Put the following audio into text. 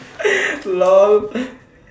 lol